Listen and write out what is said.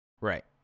Right